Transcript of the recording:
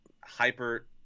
hyper